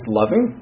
loving